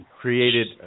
created